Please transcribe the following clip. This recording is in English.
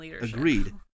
Agreed